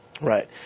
Right